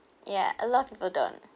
ya a lot of people don't